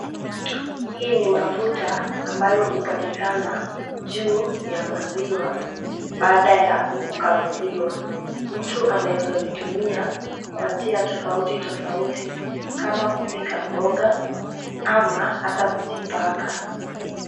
Hii ni mafuta ambayo upatikana juu ya maziwa baada ya kukamuliwa , mtu anaeza zitumia kwa njia tofauti tofauti kama kupika mboga ama ata kujipaka.